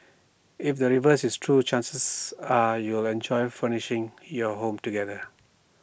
if the reverse is true chances are you'll enjoy furnishing your home together